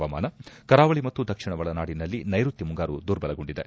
ಹವಾವರ್ತಮಾನ ಕರಾವಳಿ ಮತ್ತು ದಕ್ಷಿಣ ಒಳನಾಡಿನಲ್ಲಿ ನೈರುತ್ತ ಮುಂಗಾರು ದುರ್ಬಲಗೊಂಡಿದೆ